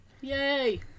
Yay